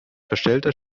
verstellter